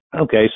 Okay